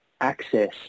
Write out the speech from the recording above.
access